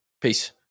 peace